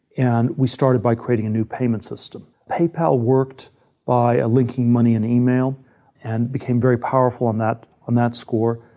and we started by creating a new payment system. pay pal worked by linking money in email and became very powerful on that on that score,